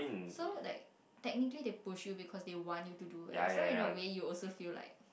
so like technically they push you because they want you to do well so in a way you also feel like